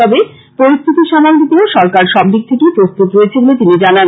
তবে পরিস্থিতি সামাল দিতেও সরকার সবদিক থেকেই প্রস্তুত বলে তিনি জানান